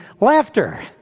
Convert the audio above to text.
laughter